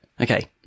Okay